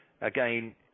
again